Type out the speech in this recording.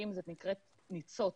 זו נקרא "ניצוץ",